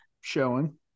showing